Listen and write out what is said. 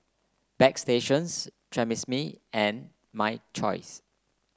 Bagstationz Tresemme and My Choice